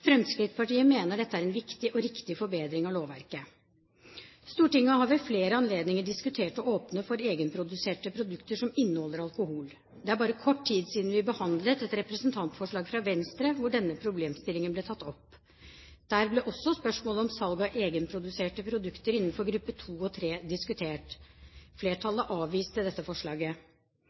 Fremskrittspartiet mener dette er en viktig og riktig forbedring av lovverket. Stortinget har ved flere anledninger diskutert å åpne for egenproduserte produkter som inneholder alkohol. Det er bare kort tid siden vi behandlet et representantforslag fra Venstre, hvor denne problemstillingen ble tatt opp. Der ble også spørsmålet om salg av egenproduserte produkter innenfor gruppe 2 og 3 diskutert. Flertallet avviste dette forslaget.